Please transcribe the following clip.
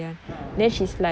uh